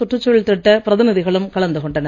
சுற்றுச்சூழல் திட்டப் பிரதிநிதிகளும் கலந்து கொண்டனர்